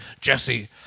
Jesse